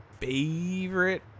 favorite